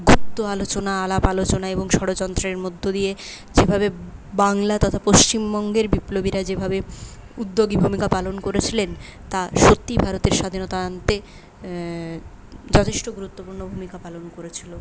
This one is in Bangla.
গুপ্ত আলোচনা আলাপ আলোচনা এবং ষড়যন্ত্রের মধ্য দিয়ে যেভাবে বাংলা তথা পশ্চিমবঙ্গের বিপ্লবীরা যেভাবে উদ্যোগী ভূমিকা পালন করেছিলেন তা সত্যিই ভারতের স্বাধীনতা আনতে যথেষ্ট গুরুত্বপূর্ণ ভূমিকা পালন করেছিল